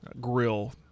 grill